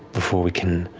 before we can